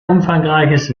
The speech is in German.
umfangreiches